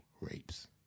rapes